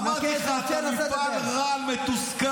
אמרתי לך, אתה מפעל רעל מתוסכל